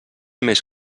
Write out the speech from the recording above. més